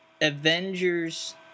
Avengers